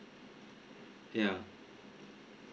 yeah